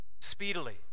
speedily